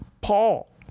Paul